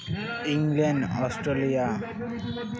England Australia